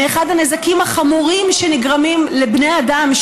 מאחד הנזקים החמורים שנגרמים לבני אדם,